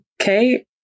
Okay